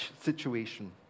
situation